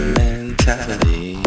mentality